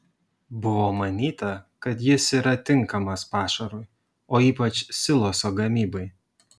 buvo manyta kad jis yra tinkamas pašarui o ypač siloso gamybai